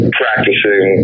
practicing